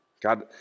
God